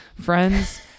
friends